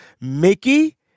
Mickey